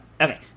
Okay